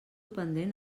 pendent